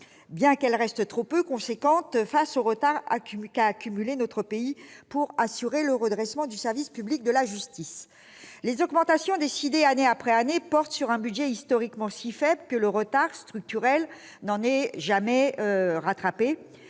bien qu'elle demeure insuffisante, eu égard au retard qu'a accumulé notre pays, pour assurer le redressement du service public de la justice. Les augmentations décidées année après année portent sur un budget historiquement si faible que le retard structurel n'est en effet jamais rattrapé,